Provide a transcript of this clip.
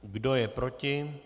Kdo je proti?